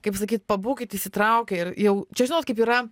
kaip sakyt pabūkit įsitraukę ir jau čia žinot kaip yra